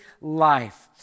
life